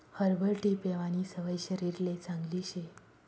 herbal tea पेवानी सवय शरीरले चांगली शे